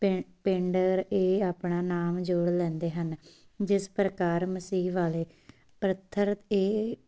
ਪਿੰ ਪਿੰਡ ਇਹ ਆਪਣਾ ਨਾਮ ਜੋੜ ਲੈਂਦੇ ਹਨ ਜਿਸ ਪ੍ਰਕਾਰ ਮਸੀਹ ਵਾਲੇ ਪੱਥਰ